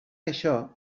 això